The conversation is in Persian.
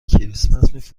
کریسمس